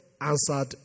answered